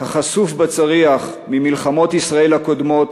החשוף בצריח ממלחמות ישראל הקודמות